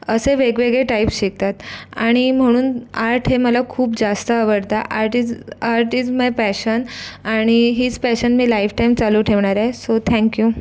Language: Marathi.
असे वेगवेगळे टाईप्स शिकतात आणि म्हणून आर्ट हे मला खूप जास्त आवडतं art is art is my passion आणि हीच पॅशन मी लाईफटाईम चालू ठेवणार आहे सो थँक यू